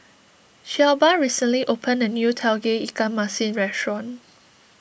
Shelba recently opened a new Tauge Ikan Masin restaurant